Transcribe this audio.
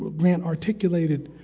but grant articulated